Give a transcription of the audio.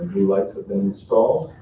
new lights have been installed.